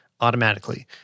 Automatically